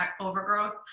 overgrowth